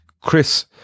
Chris